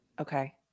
Okay